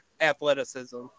athleticism